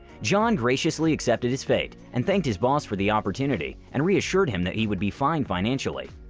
john graciously accepted his fate and thanked his boss for the opportunity and reassured him that he would be fine financially.